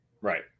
right